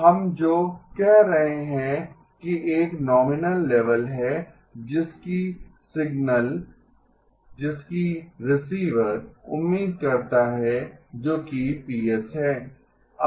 तो अब हम जो कह रहे हैं कि एक नॉमिनल लेवल् है जिसकी सिग्नल जिसकी रिसीवर उम्मीद करता है जो कि Ps है